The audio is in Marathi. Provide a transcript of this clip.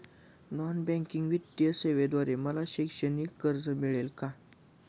नॉन बँकिंग वित्तीय सेवेद्वारे मला शैक्षणिक कर्ज मिळेल का?